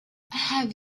have